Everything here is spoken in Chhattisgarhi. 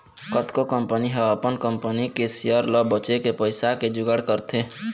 कतको कंपनी ह अपन कंपनी के सेयर ल बेचके पइसा के जुगाड़ करथे